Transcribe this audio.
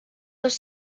los